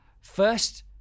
First